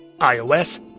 iOS